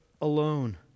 alone